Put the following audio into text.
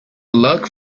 look